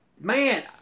Man